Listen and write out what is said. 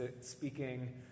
speaking